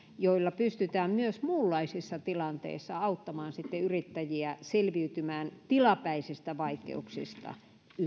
joilla pystytään myös muunlaisissa tilanteissa auttamaan yrittäjiä selviytymään tilapäisistä vaikeuksista